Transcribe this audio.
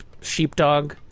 Sheepdog